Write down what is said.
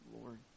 Lord